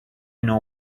know